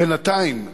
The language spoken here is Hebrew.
בינתיים,